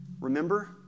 remember